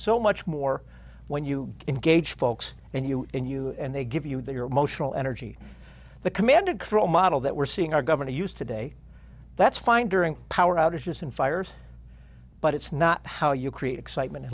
so much more when you engage folks and you and you and they give you that your emotional energy the command and control model that we're seeing our governor used today that's fine during power outages in fires but it's not how you create excitement